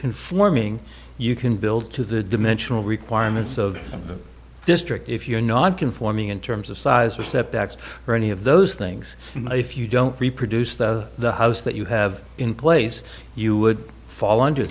conforming you can build to the dimensional requirements of the district if you're not conforming in terms of size or step back or any of those things and if you don't reproduce that the house that you have in place you would fall under